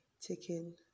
taking